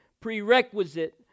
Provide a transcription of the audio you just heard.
prerequisite